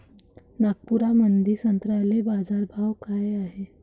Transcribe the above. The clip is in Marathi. नागपुरामंदी संत्र्याले बाजारभाव काय हाय?